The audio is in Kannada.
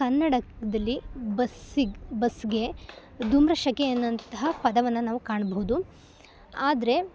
ಕನ್ನಡದಲ್ಲಿ ಬಸ್ಸಿಗೆ ಬಸ್ಗೆ ಧೂಮ್ರಶಕೆ ಅನ್ನೋವಂತಹ ಪದವನ್ನು ನಾವು ಕಾಣಬಹುದು ಆದರೆ